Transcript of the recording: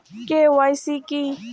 KYC কী?